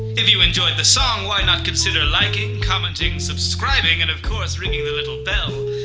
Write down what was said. if you enjoyed the song, why not consider liking, commenting, subscribing, and of course ringing the little bell.